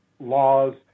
laws